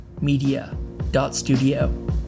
media.studio